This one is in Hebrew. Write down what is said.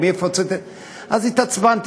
אז התעצבנתי.